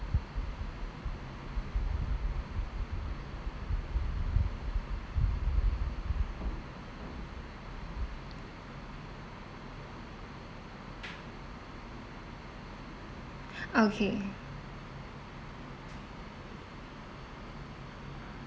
okay